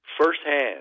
firsthand